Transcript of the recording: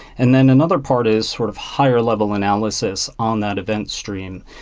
and then another part is sort of higher-level analysis on that event stream.